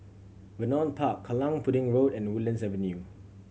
Vernon Park Kallang Pudding Road and Woodlands Avenue